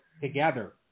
together